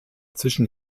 zwischen